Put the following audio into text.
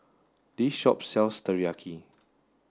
this shop sells Teriyaki